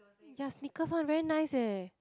ya sneakers one very nice eh